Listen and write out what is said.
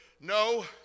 No